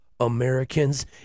Americans